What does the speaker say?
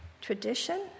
tradition